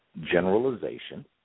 Generalization